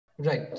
Right